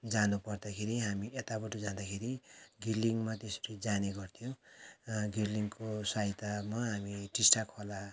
जानु पर्दाखेरि हामी यताबाट जाँदाखेरि घिर्लिङमा त्यसरी जाने गर्थ्यौँ र घिर्लिङको सहायतामा हामी टिस्टा खोला